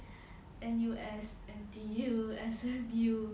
N_U_S N_T_U